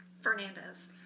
Fernandez